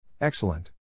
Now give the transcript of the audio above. Excellent